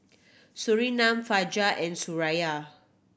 Surinam Fajar and Suraya